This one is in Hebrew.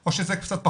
או שזה קצת פחות?